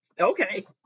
okay